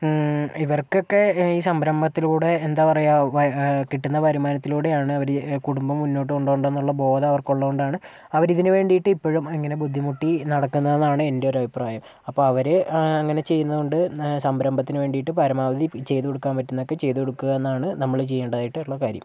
ഇവർക്കൊക്കേ ഈ സംരംഭത്തിലൂടെ എന്താ പറയുക കിട്ടുന്ന വരുമാനത്തിലൂടെയാണ് അവര് കുടുംബം മുന്നോട്ട് കൊണ്ടുപോകേണ്ടത് എന്നുള്ള ബോധം അവർക്കുള്ളത് കൊണ്ടാണ് അവര് ഇതിന് വേണ്ടിയിട്ട് ഇപ്പഴും ഇങ്ങനേ ബുദ്ധിമുട്ടി നടക്കുന്നത് എന്നാണ് എൻ്റെ ഒരു അഭിപ്രായം അപ്പോൾ അവര് അങ്ങനെ ചെയ്യുന്നത് കൊണ്ട് സംരംഭത്തിന് വേണ്ടിയിട്ട് പരാമാവധി ചെയ്ത് കൊടുക്കാൻ പറ്റുന്നതൊക്കേ ചെയ്ത് കൊടുക്കുക എന്നതാണ് നമ്മള് ചെയ്യണ്ടതായിട്ടുള്ള കാര്യം